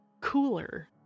cooler